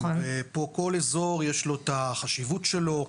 פה לכל אזור יש את החשיבות שלו.